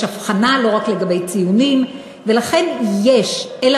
יש אבחון לא רק לגבי ציונים, ולכן יש סינון.